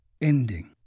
ending